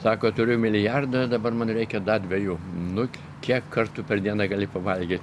sako turiu milijardą dabar man reikia da dviejų nu kiek kartų per dieną gali pavalgyt